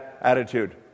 attitude